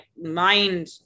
mind